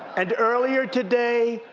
and earlier today,